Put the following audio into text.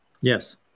yes